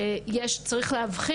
למשל ביוטיוב.